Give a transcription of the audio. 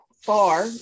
far